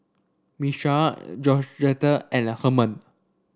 Miesha Georgetta and the Hernan